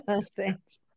Thanks